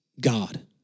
God